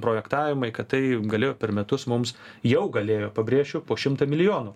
projektavimai kad tai galėjo per metus mums jau galėjo pabrėšiu po šimtą milijonų